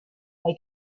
hay